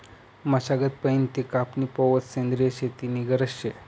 मशागत पयीन ते कापनी पावोत सेंद्रिय शेती नी गरज शे